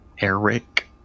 Eric